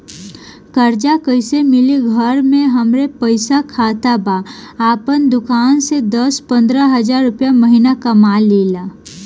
कर्जा कैसे मिली घर में हमरे पास खाता बा आपन दुकानसे दस पंद्रह हज़ार रुपया महीना कमा लीला?